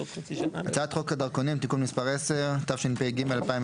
הצעת חוק הדרכונים (תיקון מס' 10), התשפ"ג-2023.